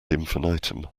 infinitum